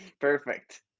Perfect